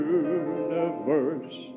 universe